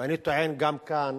ואני טוען גם כאן